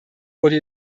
wurde